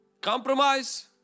compromise